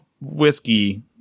whiskey